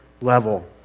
level